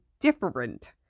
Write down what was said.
different